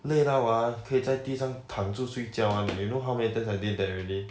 累到 ah 可以在地上躺住睡觉 one you know how many times I did that already